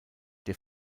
der